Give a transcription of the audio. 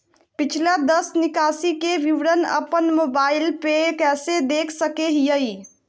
पिछला दस निकासी के विवरण अपन मोबाईल पे कैसे देख सके हियई?